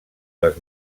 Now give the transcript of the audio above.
les